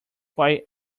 why